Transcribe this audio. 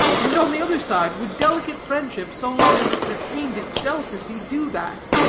and, on the other side, would delicate friendship, so long as it retained its delicacy, do that?